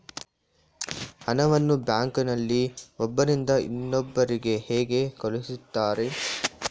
ಹಣವನ್ನು ಬ್ಯಾಂಕ್ ನಲ್ಲಿ ಒಬ್ಬರಿಂದ ಇನ್ನೊಬ್ಬರಿಗೆ ಹೇಗೆ ಕಳುಹಿಸುತ್ತಾರೆ?